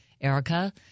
Erica –